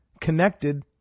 connected